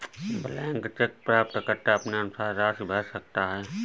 blank cheque प्राप्तकर्ता अपने अनुसार राशि भर सकता है